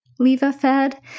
LevaFed